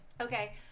Okay